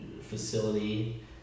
facility